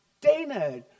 Dana